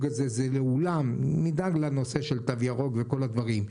הזה לאולם נדאג לנושא של תו ירוק וכל הדברים,